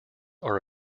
are